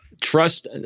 trust